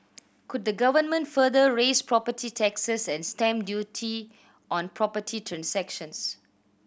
could the government further raise property taxes and stamp duty on property transactions